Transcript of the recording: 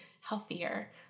healthier